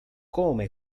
come